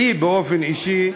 לי באופן אישי,